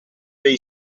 dei